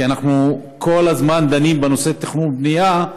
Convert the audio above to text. כי אנחנו כל הזמן דנים בנושא תכנון ובנייה,